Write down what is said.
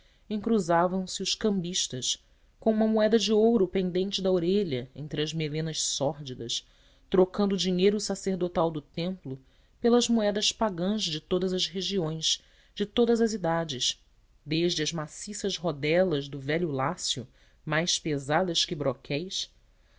gradeadas encruzavam se os cambistas com uma moeda de ouro pendente da orelha entre as melenas